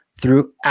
throughout